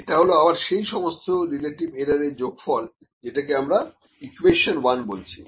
এটা হল আবার সেই সমস্ত রিলেটিভ এরার এর যোগফল যেটাকে আমরা ইকুয়েশন 1 বলছি